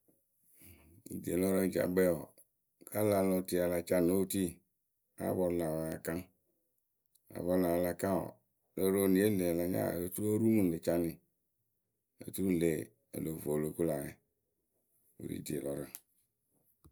Dialɔrǝ ja kpɛɛ wǝ ka la lɔ tie a la ca no otui a pɔrʊ lä wɛ a kaŋ a pɔrʊ lä la wɛ a la kaŋ wǝ wɨ lo ro eniyǝ we ŋlë a la nya otu o ru mɨ ŋwɨ rɨ canɩ otu ŋlë o lo vo o lo kuŋ lä wɛ wɨ ri dielɔrǝ.